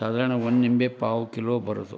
ಸಾಧಾರಣ ಒಂದು ನಿಂಬೆ ಪಾವು ಕಿಲೊ ಬರೋದು